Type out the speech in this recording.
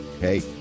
Hey